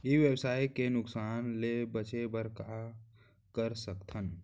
ई व्यवसाय के नुक़सान ले बचे बर का कर सकथन?